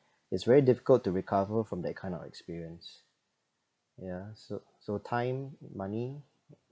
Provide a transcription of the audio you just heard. it's very difficult to recover from that kind of experience ya so so time money